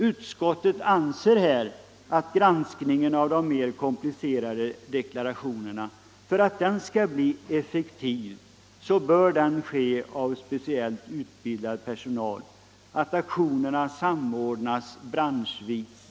Utskottet anser att för att granskningen av de mer komplicerade deklarationerna skall bli effektiv bör den göras av speciellt utbildad personal och aktionerna samordnas branschvis.